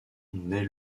naît